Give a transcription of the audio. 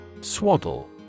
Swaddle